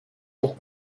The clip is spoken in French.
pour